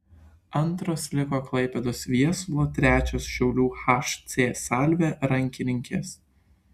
antros liko klaipėdos viesulo trečios šiaulių hc salvė rankininkės